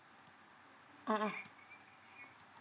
mmhmm